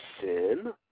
sin